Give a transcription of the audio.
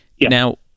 Now